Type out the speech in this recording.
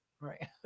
Right